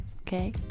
okay